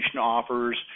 offers